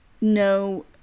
no